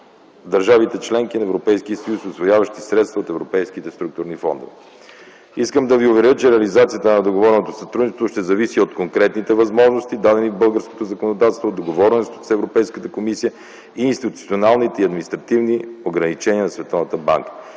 държавите – членки на Европейския съюз, усвояващи средства от европейските структурни фондове. Искам да Ви уверя, че реализацията на договореното сътрудничество ще зависи от конкретните възможности, дадени в българското законодателство, договореностите с Европейската комисия и институционалните и административни ограничения за